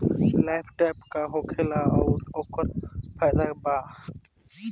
Light trap का होखेला आउर ओकर का फाइदा बा?